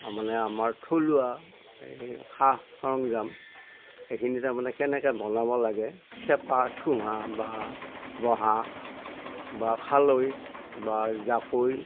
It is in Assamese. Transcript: মানে আমাৰ থলুৱা এই সা সৰঞ্জাম এইখিনি তাৰ মানে কেনেকৈ বনাব লাগে চেপা ঠুহা বা বা খালৈ বা জাকৈ